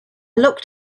locked